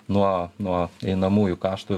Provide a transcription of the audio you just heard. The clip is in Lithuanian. nuo nuo einamųjų kaštų